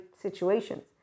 situations